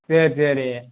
சரி சரி